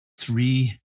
three